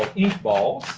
ink balls,